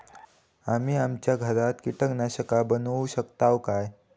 आम्ही आमच्या घरात कीटकनाशका बनवू शकताव काय?